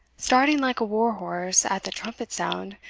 starting like a war-horse at the trumpet sound,